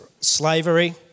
Slavery